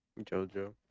JoJo